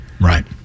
Right